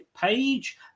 page